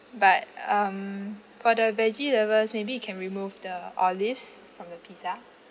but um for the veggie lovers maybe you can remove the olives from the pizza